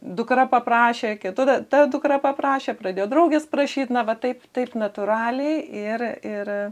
dukra paprašė kitada ta dukra paprašė pradėjo draugės prašyt na va taip taip natūraliai ir ir